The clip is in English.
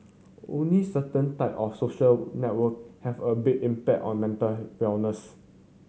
only certain type of social network have a big impact on mental wellness